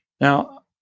Now